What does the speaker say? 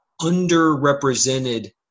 underrepresented